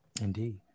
Indeed